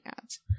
ads